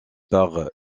par